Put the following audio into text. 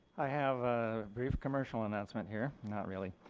i have a brief commercial announcement here, not really.